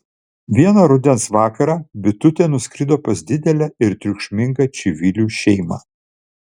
vieną rudens vakarą bitutė nuskrido pas didelę ir triukšmingą čivilių šeimą